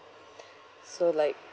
so like